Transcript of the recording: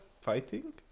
fighting